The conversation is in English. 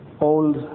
old